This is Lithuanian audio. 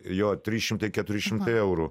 jo tys šimtai keturi šimtai eurų